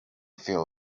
feel